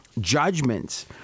judgments